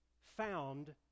Found